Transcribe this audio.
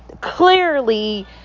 clearly